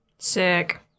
Sick